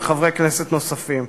וחברי כנסת נוספים.